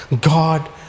God